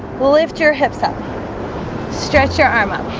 we'll lift your hips up stretch your arm up